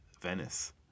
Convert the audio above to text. Venice